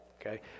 okay